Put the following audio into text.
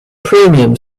premium